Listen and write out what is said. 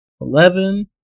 Eleven